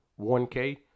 1k